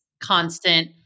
constant